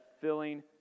filling